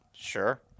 sure